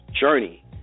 journey